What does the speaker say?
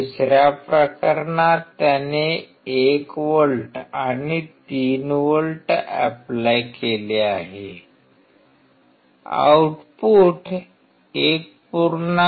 दुसऱ्या प्रकरणात त्याने 1 व्होल्ट आणि 3 व्होल्ट ऎप्लाय केले आहे आउटपुट 1